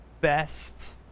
best